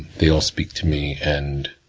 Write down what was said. they all speak to me. and,